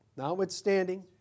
Notwithstanding